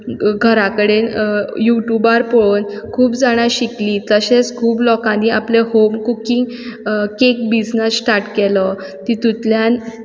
घरा कडेन युट्युबार पळोवन खूब जाणां शिकलीं तशेंच खूब लोकांनी आपलें home cooking cake business start केलो तितुंतल्यान